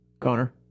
Connor